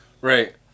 Right